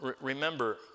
Remember